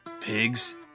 pigs